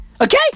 Okay